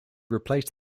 replaced